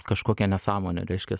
kažkokia nesąmonė reiškias